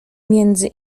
między